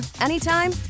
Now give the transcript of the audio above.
anytime